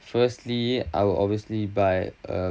firstly I'll obviously buy uh